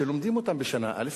שלומדים אותם בשנה א',